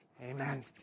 Amen